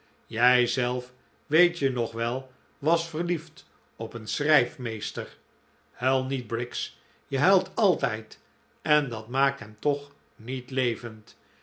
crawley jijzelf weet je nog wel was verliefd op een schrijfmeester huil niet briggs je huilt altijd en dat maakt hem toch niet levend